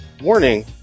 Warning